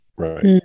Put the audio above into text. right